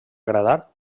agradar